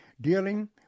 Dealing